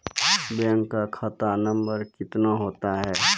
Bank का खाता नम्बर कितने होते हैं?